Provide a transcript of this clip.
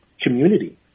community